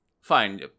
fine